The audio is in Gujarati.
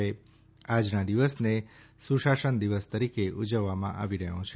આજના દિવસને સુશાસન દિવસ તરીકે ઉજવવામાં આવી રહ્યાં છે